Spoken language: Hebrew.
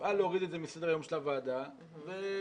נפעל להוריד את זה מסדר-היום של הוועדה וכשיוחלט,